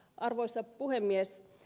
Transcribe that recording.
arvoisa puhemies